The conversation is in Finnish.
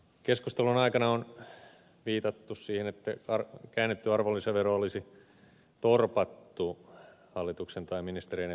keskustelun aikana on viitattu siihen että käännetty arvonlisävero olisi torpattu hallituksen tai ministereiden toimesta